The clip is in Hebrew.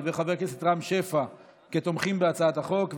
וחבר הכנסת רם שפע כתומכים בהצעת החוק,